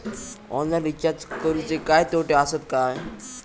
Online recharge करुचे काय तोटे आसत काय?